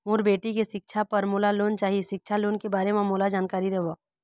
मोर बेटी के सिक्छा पर मोला लोन चाही सिक्छा लोन के बारे म मोला जानकारी देव?